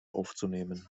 aufzunehmen